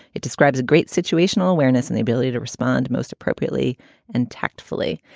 it describes a great situational awareness and the ability to respond most appropriately and tactfully.